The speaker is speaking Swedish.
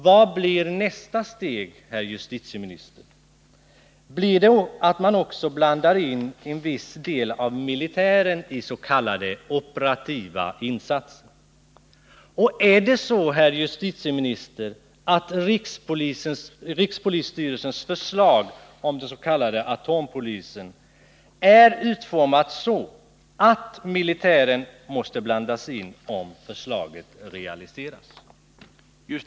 Vad blir nästa steg, herr justitieminister? Blir det att man också blandar in en viss del av militären i s.k. operativa insatser? Är, herr justitieminister, rikspolisstyrelsens förslag om den s.k. atompolisen utformat så att militären måste blandas in om förslaget realiseras?